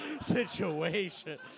situation